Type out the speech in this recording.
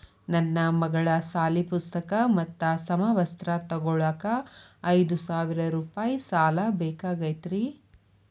ನನ್ನ ಮಗಳ ಸಾಲಿ ಪುಸ್ತಕ್ ಮತ್ತ ಸಮವಸ್ತ್ರ ತೊಗೋಳಾಕ್ ಐದು ಸಾವಿರ ರೂಪಾಯಿ ಸಾಲ ಬೇಕಾಗೈತ್ರಿ